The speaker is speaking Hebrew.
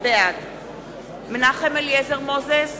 בעד מנחם אליעזר מוזס,